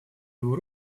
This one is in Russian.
его